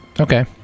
Okay